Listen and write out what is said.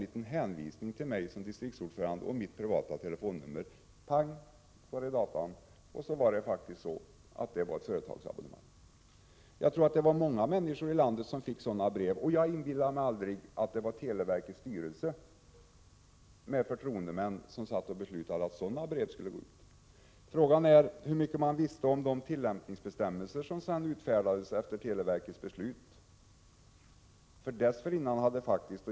Det reagerade datorn för, och så var mitt abonnemang ett företagsabonnemang. Jag tror att många människor i landet har fått sådana brev, och jag kan inte föreställa mig att televerkets styrelse och dess förtroendemän har suttit och beslutat att sådana brev skulle gå ut. Frågan är hur mycket styrelsen vet om de tillämpningsbestämmelser som utfärdades efter televerkets beslut.